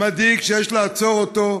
מדאיג שיש לעצור אותו,